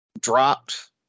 dropped